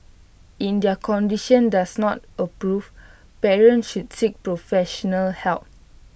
in their condition does not approve parents should seek professional help